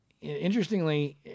Interestingly